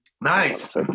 Nice